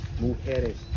mujeres